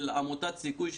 של עמותת סיכוי,